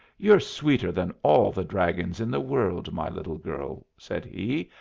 you're sweeter than all the dragons in the world, my little girl, said he.